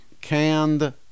Canned